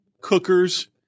cookers